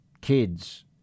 kids